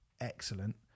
excellent